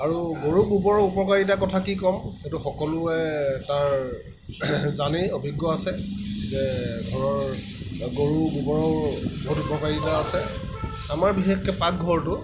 আৰু গৰুৰ গোবৰৰ উপকাৰিতাৰ কথা কি ক'ম এইটো সকলোৱে তাৰ জানেই অভিজ্ঞ আছে যে ঘৰৰ গৰুৰ গোবৰৰ বহুত উপকাৰিতা আছে আমাৰ বিশেষকৈ পাকঘৰটো